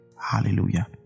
Hallelujah